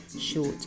short